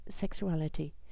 sexuality